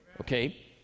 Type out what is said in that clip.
Okay